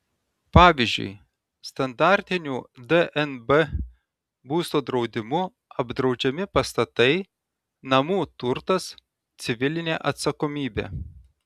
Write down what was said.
pavyzdžiui standartiniu dnb būsto draudimu apdraudžiami pastatai namų turtas civilinė atsakomybė